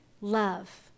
Love